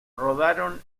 rodaron